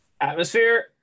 Atmosphere